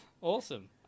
Awesome